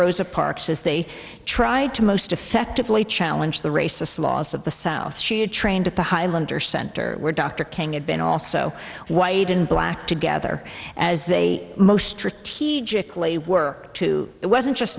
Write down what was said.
rosa parks as they tried to most effectively challenge the racist laws of the south she had trained at the highlander center where dr king had been also white and black together as they most strategically were to it wasn't just